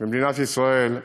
במדינת ישראל.